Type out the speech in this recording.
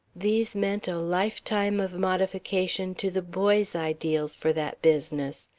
these meant a lifetime of modification to the boy's ideals for that business,